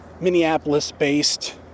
Minneapolis-based